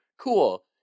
Cool